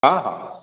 ହଁ ହଁ